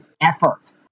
effort